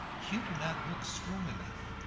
you do not look strong enough.